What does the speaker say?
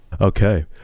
Okay